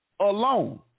alone